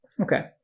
Okay